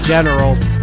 Generals